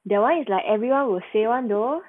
that [one] is like everyone will say [one] though